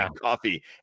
coffee